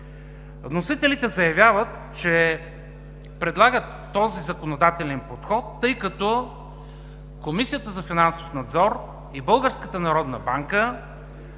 Вносителите заявяват, че предлагат този законодателен подход, тъй като: Комисията за финансов надзор и